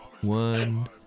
one